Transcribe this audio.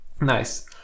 Nice